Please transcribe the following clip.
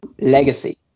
Legacy